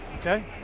okay